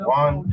one